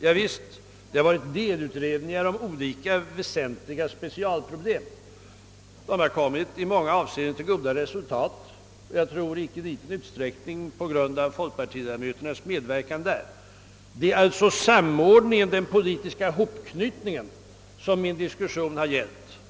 Javisst, det har skett en del utredningar om olika väsentliga specialproblem som jag nämnde nyss. De har i många avseenden kommit till goda resultat, och i icke ringa utsträckning har detta berott på folkpartiledamöternas medverkan. Men det är den politiska samordningen som min diskussion gällt.